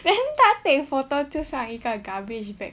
then 他 take photos 就像一个 garbage bag